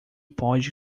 pode